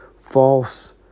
false